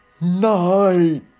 night